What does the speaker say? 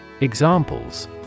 Examples